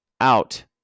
out